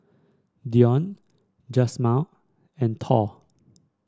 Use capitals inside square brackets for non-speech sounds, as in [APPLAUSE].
Dionne [UNINTELLIGIBLE] and Tall